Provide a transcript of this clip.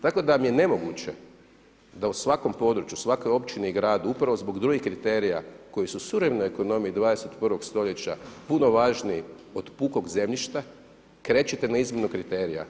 Tako da vam je nemoguće da u svakom području, svakoj općini i gradu upravo zbog drugih kriterija koji su u suvremenoj ekonomiji 21. stoljeća puno važniji od pukog zemljišta krećete na izmjenu kriterija.